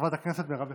חברת הכנסת מרב מיכאלי.